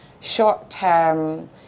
short-term